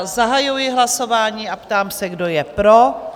Zahajuji hlasování a ptám se, kdo je pro?